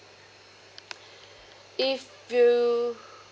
if you